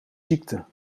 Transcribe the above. ziekte